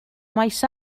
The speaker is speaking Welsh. maes